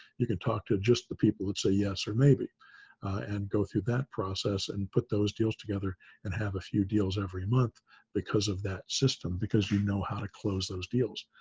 you can talk to just the people that say yes or maybe and go through that process and put those deals together and have a few deals every month because of that system because you know how to close those deals.